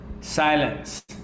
silence